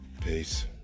Peace